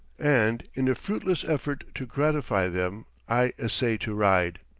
and in a fruitless effort to gratify them i essay to ride.